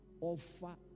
Offer